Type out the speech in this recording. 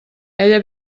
ella